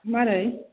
मारै